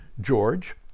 George